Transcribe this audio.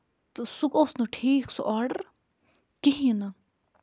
تہٕ سُہ اوس نہٕ ٹھیٖک سُہ آرڈر کِہیٖنٛۍ نہٕ